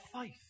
faith